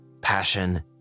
passion